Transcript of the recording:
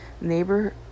neighbor